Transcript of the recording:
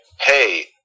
hey